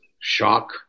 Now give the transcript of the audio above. shock